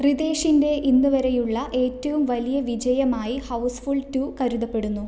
റിതേഷിൻ്റെ ഇന്നു വരെയുള്ള ഏറ്റവും വലിയ വിജയമായി ഹൗസ്ഫുൾ ടു കരുതപ്പെടുന്നു